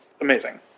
amazing